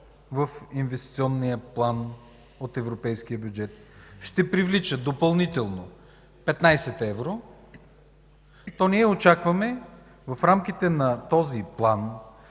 в инвестиционен план от европейския бюджет, ще привлича допълнително 15 евро, то ние очакваме в рамките на този план,